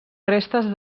restes